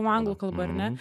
anglų kalba ar ne